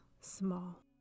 small